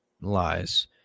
lies